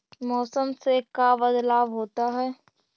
मौसम से का बदलाव होता है?